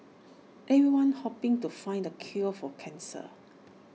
everyone's hoping to find the cure for cancer